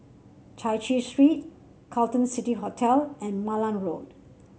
Chai Chee Street Carlton City Hotel and Malan Road